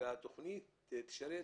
ירים את